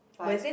five